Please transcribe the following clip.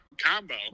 combo